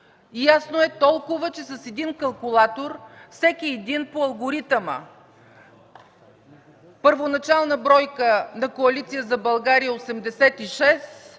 Ясно е, че с един калкулатор всеки по алгоритъма „първоначална бройка на Коалиция за България 86,